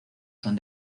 son